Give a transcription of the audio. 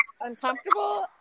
uncomfortable